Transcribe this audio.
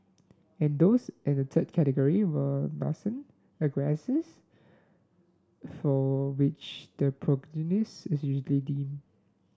and those in the third category were nascent aggressors for which the prognosis is usually dim